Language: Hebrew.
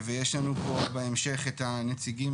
ויש לנו פה בהמשך את הנציגים